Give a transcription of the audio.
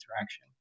interaction